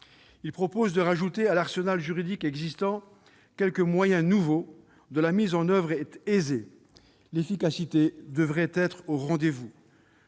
Il propose d'ajouter à l'arsenal juridique existant quelques moyens nouveaux, dont la mise en oeuvre est aisée. L'efficacité devrait être au rendez-vous.